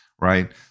right